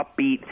upbeat